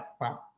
Wow